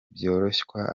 byoroshywa